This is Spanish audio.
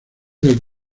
del